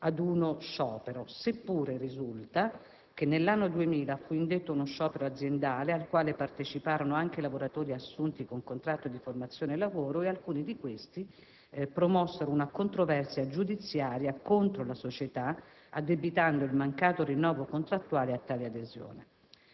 ad uno sciopero, seppure risulta che nell'anno 2000 fu indetto uno sciopero aziendale al quale parteciparono anche lavoratori assunti con contratto di formazione lavoro e alcuni di questi promossero una controversia giudiziaria contro la società, addebitando il mancato rinnovo contrattuale a tale adesione.